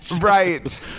Right